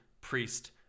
priest